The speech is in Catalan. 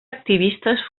activistes